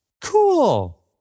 Cool